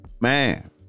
Man